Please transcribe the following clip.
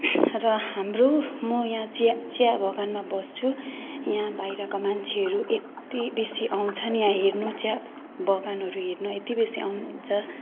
र हाम्रो म यहाँ चिया चियाबगानमा बस्छु यहाँ बाहिरका मान्छेहरू यत्ति बेसी आउँछन् यहाँ हेर्नु चियाबगानहरू हेर्नु यति बेसी आउनुहुन्छ